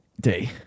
day